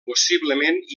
possiblement